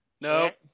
Nope